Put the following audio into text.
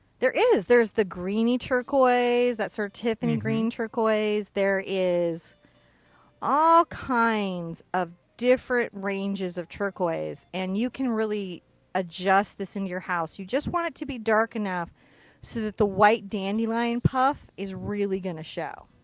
there is. there's the greeny turquoise, that's our tiffany green turquoise. there is all kinds of different ranges of turquoise. and you can really adjust this in your house. you just want it to be dark enough so that the white dandelion puff is really going to show.